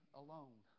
alone